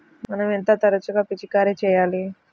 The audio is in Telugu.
మనం ఎంత తరచుగా పిచికారీ చేయాలి?